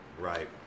Right